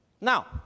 Now